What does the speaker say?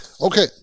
Okay